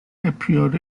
appeared